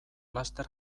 laster